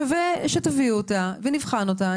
שווה שתביאו אותה ונבחן אותה.